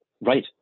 Right